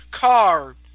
card